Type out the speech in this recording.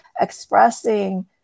expressing